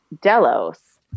Delos